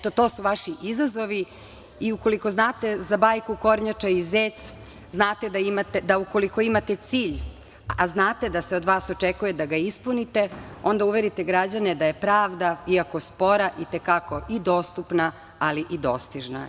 To su vaši izazovi i ukoliko znate za bajku "Kornjača i zec", znate da ukoliko imate cilj, a znate da se od vas očekujete da ga ispunite, onda uverite građane da je pravda, iako spora, i te kako i dostupna, ali i dostižna.